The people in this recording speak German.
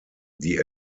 die